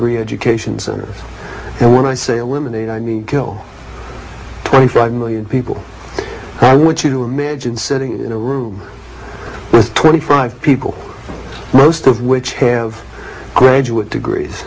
reeducation center and when i say a women and i mean kill twenty five million people i want you to imagine sitting in a room with twenty five people most of which have graduate degrees